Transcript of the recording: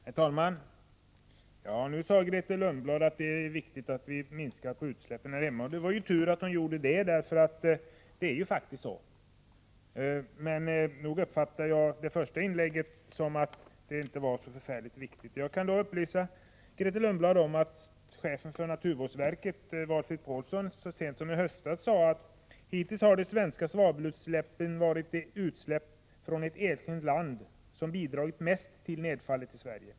Herr talman! Nu sade Grethe Lundblad att det är viktigt att vi minskar på utsläppen här hemma. Det var tur att hon gjorde det, eftersom det faktiskt är så. Men nog uppfattade jag hennes första inlägg som att det inte var så förfärligt viktigt. Jag kan då upplysa Grethe Lundblad om att chefen för naturvårdsverket, Valfrid Paulsson, så sent som i höstas sade att de svenska svavelutsläppen hittills har varit de utsläpp från ett enskilt land som bidragit mest till nedfallet i Sverige.